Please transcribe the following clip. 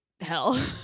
hell